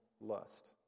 lust